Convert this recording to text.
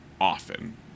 often